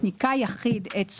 נצביע ואחר כך אני עושה